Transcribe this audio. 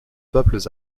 peuples